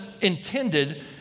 intended